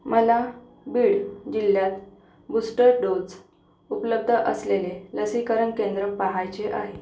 मला बीड जिल्यात booster dose उपलब्ध असलेले लसीकरण केंद्र पहायचे आहे